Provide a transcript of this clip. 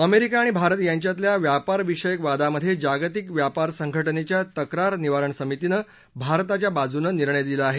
America आणि भारत यांच्यातल्या व्यापारविषयक वादामध्ये जागतिक व्यापार संघटनेच्या तक्रार निवारण समितीनं भारताच्या बाजूनं निर्णय दिला आहे